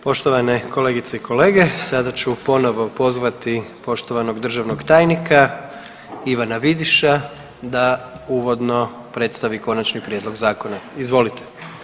Poštovane kolegice i kolege, sada ću ponovo pozvati poštovanog državnog tajnika Ivana Vidiša da uvodno predstavi konačni prijedlog zakona, izvolite.